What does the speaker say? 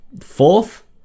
Fourth